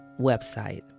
website